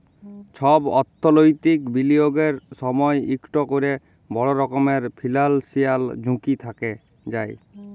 ছব অথ্থলৈতিক বিলিয়গের সময় ইকট ক্যরে বড় রকমের ফিল্যালসিয়াল ঝুঁকি থ্যাকে যায়